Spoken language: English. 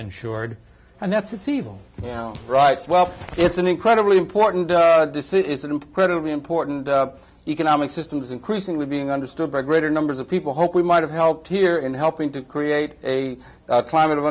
insured and that's a t v rights well it's an incredibly important decision it's an incredibly important economic systems increasingly being understood by greater numbers of people hope we might have helped here in helping to create a climate of